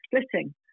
splitting